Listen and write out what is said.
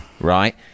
right